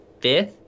fifth